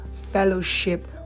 fellowship